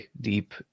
deep